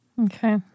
Okay